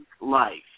Life